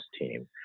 team